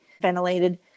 ventilated